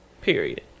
Period